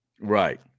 Right